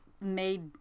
made